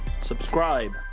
subscribe